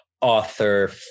author